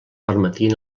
permetien